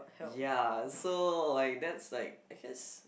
ya so like that's like I guess